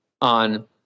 on